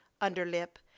underlip